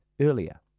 earlier